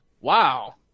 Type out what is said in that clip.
wow